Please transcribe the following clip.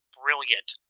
brilliant